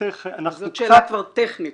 זו כבר שאלה טכנית.